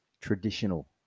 Traditional